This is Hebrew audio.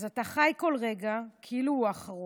אז אתה חי כל רגע כאילו הוא האחרון.